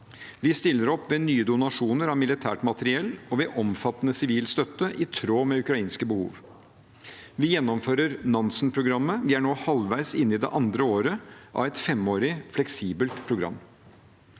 Vi stiller opp ved nye donasjoner av militært materiell og ved omfattende sivil støtte, i tråd med ukrainske behov. Vi gjennomfører Nansen-programmet – vi er nå halvveis inne i det andre året av et femårig, fleksibelt program